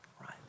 right